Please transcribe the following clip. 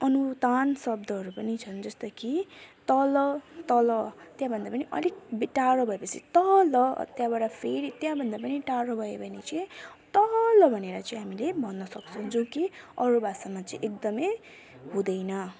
अनुतान शब्दहरू पनि छन् जस्तो कि तल तल त्यहाँ भन्दा पनि अलिक टाडो भएपछि तल त्यहाँबाट फेरि त्यहाँ भन्दा पनि टाडो भयो भने चाहिँ तल भनेर चाहिँ हामीले भन्न सक्छौँ जो कि अरू भाषामा चाहिँ एकदमै हुँदैन